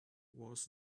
was